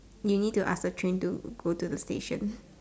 we need to ask a train to go to the station